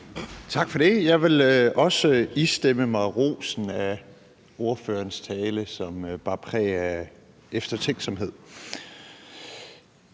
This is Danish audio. Tak for det. Jeg vil også istemme mig rosen af ordførerens tale, som bar præg af eftertænksomhed.